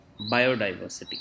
biodiversity